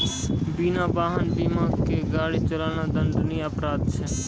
बिना वाहन बीमा के गाड़ी चलाना दंडनीय अपराध छै